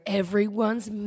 everyone's